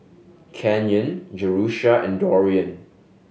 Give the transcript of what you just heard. Canyon Jerusha and Dorian